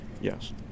Yes